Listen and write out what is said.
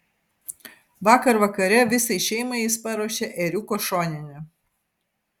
vakar vakare visai šeimai jis paruošė ėriuko šoninę